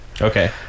okay